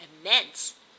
immense